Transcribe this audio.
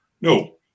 No